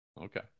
okay